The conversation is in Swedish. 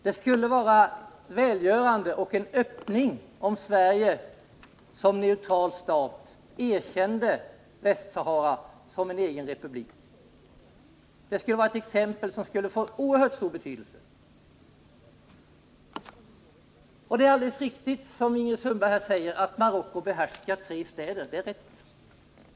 Det skulle vara välgörande och en öppning om Sverige som neutral stat erkände Västsahara som en egen republik. Det skulle vara ett exempel som skulle få oerhört stor betydelse. Det är alldeles riktigt, som Ingrid Sundberg säger, att Marocko behärskar tre städer.